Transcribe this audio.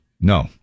No